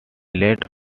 laid